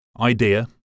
idea